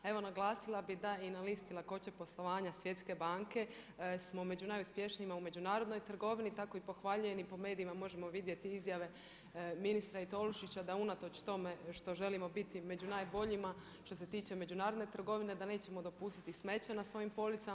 A evo naglasila bi da i na listi lakoće poslovanja Svjetske banke smo među najuspješnijima u međunarodnoj trgovini, tako i pohvaljujem i po medijima možemo vidjeti izjave ministra i Tolušića da unatoč tome što želimo biti među najboljima, što se tiče međunarodne trgovine, da nećemo dopustiti smeće na svojim policama.